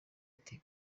ati